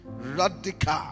Radical